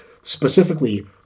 specifically